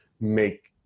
make